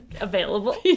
available